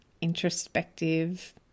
introspective